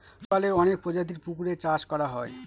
শৈবালের অনেক প্রজাতির পুকুরে চাষ করা হয়